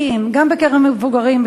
גם בקרב מבוגרים,